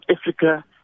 Africa